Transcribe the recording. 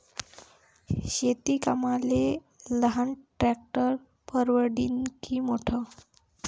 शेती कामाले लहान ट्रॅक्टर परवडीनं की मोठं?